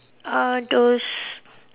uh those